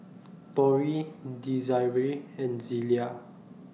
Torie Desirae and Zelia